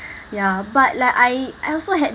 ya but like I I also had